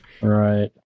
Right